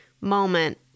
moment